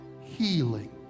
healing